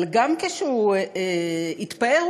אבל גם כשהוא התפאר,